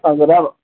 हजुर अब